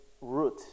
root